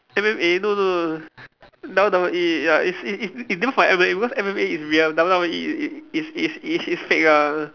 M_M_A no no no W_W_E ya it's it it it different from M_M_A because M_M_A is real W_W_E i~ i~ is is is fake lah